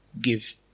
Give